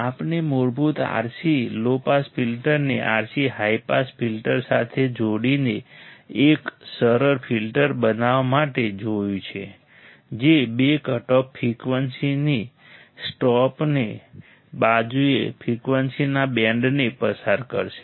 આપણે મૂળભૂત RC low pass ફિલ્ટરને RC હાઇ પાસ ફિલ્ટર સાથે જોડીને એક સરળ ફિલ્ટર બનાવવા માટે જોયું છે જે બે કટઓફ ફ્રીક્વન્સીની સ્ટોપને બાજુએ ફ્રિકવન્સીના બેન્ડને પસાર કરશે